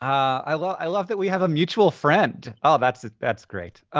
i love i love that we have a mutual friend. oh, that's that's great.